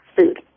food